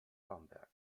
bamberg